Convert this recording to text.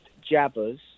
jabbers